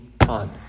time